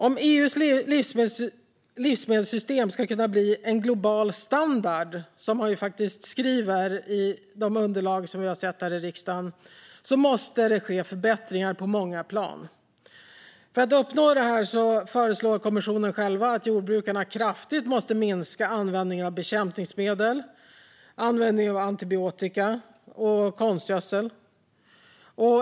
Om EU:s livsmedelssystem ska kunna bli en global standard, som det står i underlagen, måste det ske förbättringar på många plan. För att uppnå detta anser kommissionen att jordbrukarna måste minska användningen av bekämpningsmedel, antibiotika och konstgödsel kraftigt.